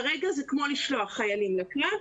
כרגע זה כמו לשלוח חיילים לקרב,